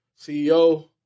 CEO